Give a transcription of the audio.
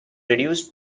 reduced